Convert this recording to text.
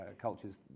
cultures